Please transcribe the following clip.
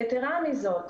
יתרה מזאת,